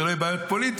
שלא יהיו בעיות פוליטיות,